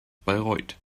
bayreuth